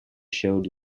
showed